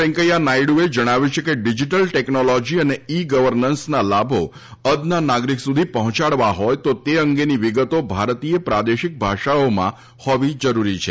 વૈંકેયા નાયડુએ જણાવ્યું છે કે ડીજિટલ ટેકનોલોજી અને ઈ ગવર્નન્સના લાભો અદના નાગરિક સુધી પહોંચાડવા હોય તો એ અંગેની વિગતો ભારતીય પ્રાદેશિક ભાષાઓમાં હોવી જરૂરી છે